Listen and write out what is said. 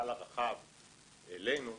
התהליך הוא הרבה יותר ארוך עם הרבה טלפונים ועצבים,